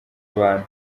abantu